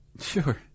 Sure